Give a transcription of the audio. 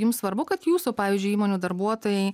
jums svarbu kad jūsų pavyzdžiui įmonių darbuotojai